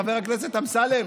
חבר הכנסת אמסלם,